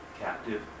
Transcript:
captive